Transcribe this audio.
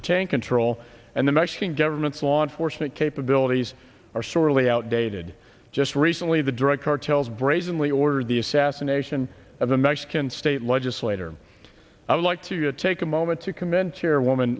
retain control and the mexican government's law enforcement cape bill these are sorely outdated just recently the drug cartels brazenly order the assassination of the mexican state legislator i'd like to take a moment to commend here woman